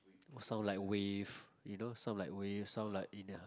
some like wave you know some like wave some like in a